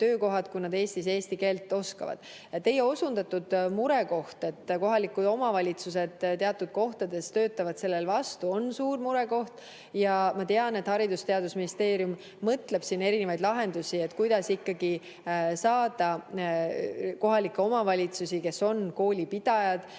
kui nad Eestis eesti keelt oskavad. Teie osundus, et kohalikud omavalitsused teatud kohtades töötavad sellele vastu, on suur murekoht. Ma tean, et Haridus‑ ja Teadusministeerium mõtleb erinevatele lahendustele, kuidas ikkagi saada kohalikke omavalitsusi, kes on koolipidajad,